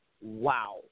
Wow